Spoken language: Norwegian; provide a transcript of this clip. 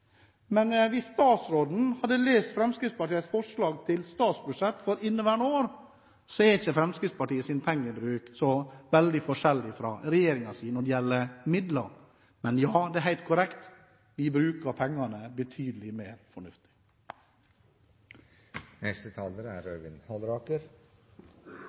Men hvis statsråden hadde lest Fremskrittspartiets forslag til statsbudsjett for inneværende år, hadde hun sett at Fremskrittspartiets pengebruk ikke er så veldig forskjellig fra regjeringens når det gjelder midler. Men det er helt korrekt: Vi bruker pengene betydelig mer fornuftig.